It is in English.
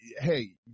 hey